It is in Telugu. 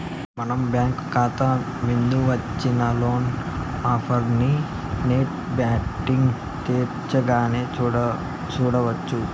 మన బ్యాంకు కాతా మింద వచ్చిన లోను ఆఫర్లనీ నెట్ బ్యాంటింగ్ తెరచగానే సూడొచ్చు